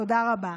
תודה רבה.